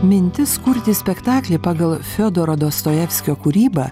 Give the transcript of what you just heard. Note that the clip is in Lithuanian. mintis kurti spektaklį pagal fiodoro dostojevskio kūrybą